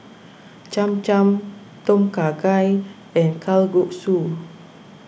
Cham Cham Tom Kha Gai and Kalguksu